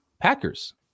Packers